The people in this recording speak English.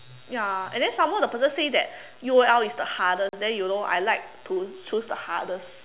ya and then some more the person say that U_O_L is the hardest then you know I like to choose the hardest